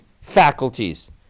faculties